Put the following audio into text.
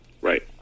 Right